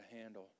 handle